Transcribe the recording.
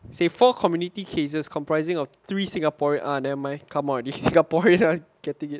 say four community cases comprising of three singaporean ah nevermind come on is singaporean are getting it